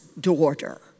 daughter